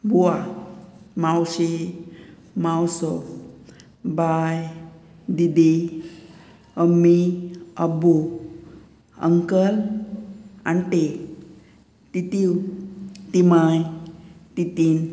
बुआ मावशी मावसो बाय दिदी अम्मी अब्बू अंकल आण्टी तितिव तिमांय तितिन